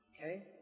Okay